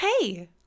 Hey